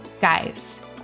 Guys